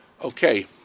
Okay